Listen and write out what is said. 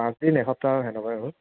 পাঁচ দিন এসপ্তাহ তেনেকুৱা হ'ল